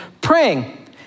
praying